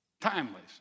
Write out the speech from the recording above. timeless